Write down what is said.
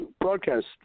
broadcast